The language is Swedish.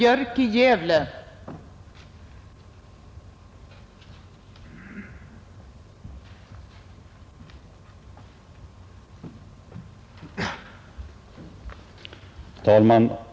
Fru talman!